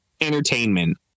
entertainment